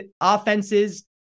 offenses